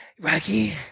Rocky